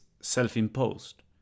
self-imposed